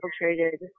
infiltrated